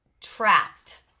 trapped